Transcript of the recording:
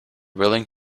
willing